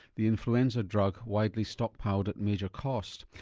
the influenza drug widely stockpiled at major cost.